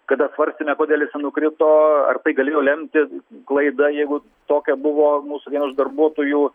kada svarstėme kodėl jis nenukrito ar tai galėjo lemti klaida jeigu tokia buvo mūsų vieno iš darbuotojų